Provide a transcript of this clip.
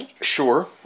Sure